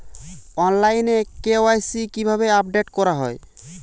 অনলাইনে কে.ওয়াই.সি কিভাবে আপডেট করা হয়?